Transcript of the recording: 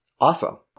awesome